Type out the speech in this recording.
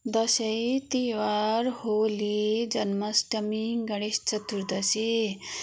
Dashain Tihar Holi Janmashtami Ganesh Chaturdashi